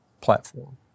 platform